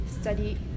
study